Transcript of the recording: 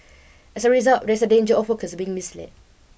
as a result there's a danger of workers being misled